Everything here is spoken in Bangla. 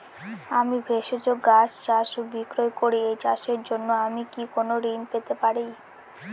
আমি ভেষজ গাছ চাষ ও বিক্রয় করি এই চাষের জন্য আমি কি কোন ঋণ পেতে পারি?